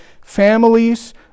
families